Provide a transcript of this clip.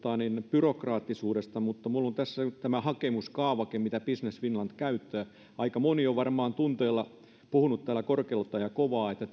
byrokraattisuudesta mutta minulla on tässä nyt tämä hakemuskaavake mitä business finland käyttää kun aika moni on varmaan tunteella puhunut täällä korkealta ja kovaa että